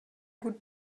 gut